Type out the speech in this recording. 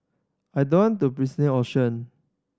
I don't to option